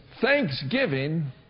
Thanksgiving